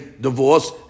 divorce